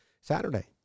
saturday